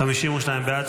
נגד.